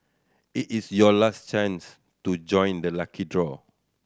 it is your last chance to join the lucky draw